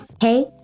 Hey